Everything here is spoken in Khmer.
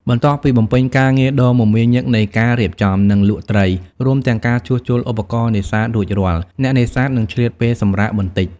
បន្ទាប់ពីបំពេញការងារដ៏មមាញឹកនៃការរៀបចំ និងលក់ត្រី រួមទាំងការជួសជុលឧបករណ៍នេសាទរួចរាល់ អ្នកនេសាទនឹងឆ្លៀតពេលសម្រាកបន្តិច។